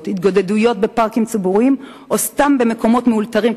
והתגודדויות בפארקים ציבוריים או סתם במקומות מאולתרים,